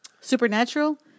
Supernatural